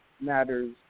Matters